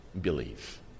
believe